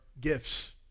gifts